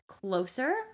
closer